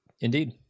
Indeed